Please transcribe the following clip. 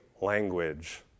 language